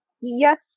Yes